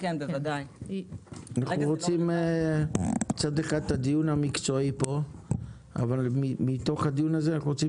יש הדיון המקצועי פה אבל מתוכו אנו רוצים